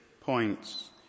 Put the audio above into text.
points